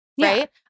right